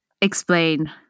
explain